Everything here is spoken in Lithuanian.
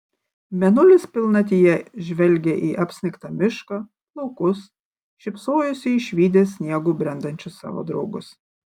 mėnulis pilnatyje žvelgė į apsnigtą mišką laukus šypsojosi išvydęs sniegu brendančius savo draugus